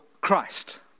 Christ